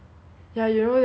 ya you know then like